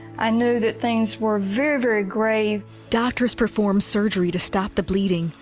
i knew that things were very, very grave. doctors performed surgery to stop the bleeding.